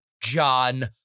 John